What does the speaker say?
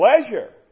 pleasure